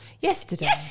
Yesterday